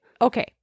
Okay